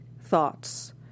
thoughts